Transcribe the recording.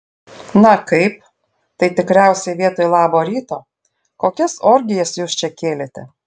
na kaip tai tikriausiai vietoj labo ryto kokias orgijas jūs čia kėlėte